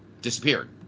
disappeared